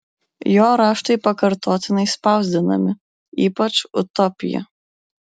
jo raštai pakartotinai spausdinami ypač utopija